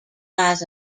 lies